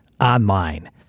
online